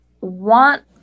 want